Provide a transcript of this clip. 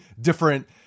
different